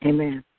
Amen